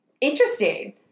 interesting